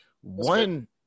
one